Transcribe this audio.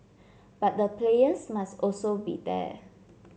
but the players must also be there